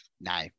No